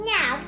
Now